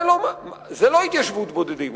זה לא התיישבות בודדים.